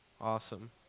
Awesome